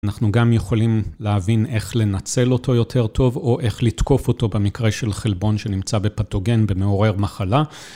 אנחנו גם יכולים להבין איך לנצל אותו יותר טוב או איך לתקוף אותו במקרה של חלבון שנמצא בפתוגן, במעורר מחלה.